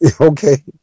Okay